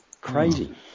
Crazy